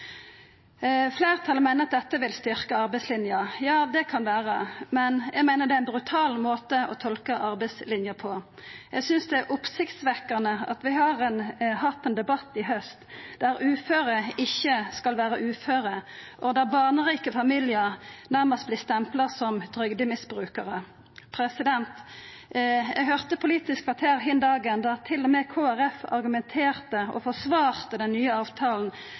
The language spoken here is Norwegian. Fleirtalet meiner at dette vil styrkja arbeidslinja. Ja, det kan vera, men eg meiner det er ein brutal måte å tolka arbeidslinja på. Eg synest det er oppsiktsvekkjande at vi har hatt ein debatt i haust der uføre ikkje skal vera uføre, og der barnerike familiar nærmast vert stempla som trygdemisbrukarar. Eg høyrde på Politisk kvarter hin dagen der til og med Kristeleg Folkeparti argumenterte for og forsvarte den nye avtalen,